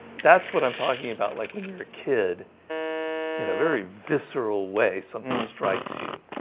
that's what i'm talking about like when you're a kid in a very visceral way something strikes you